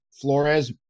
flores